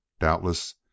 Doubtless